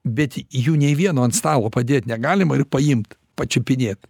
bet jų nei vieno ant stalo padėt negalima ir paimt pačiupinėt